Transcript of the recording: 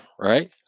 right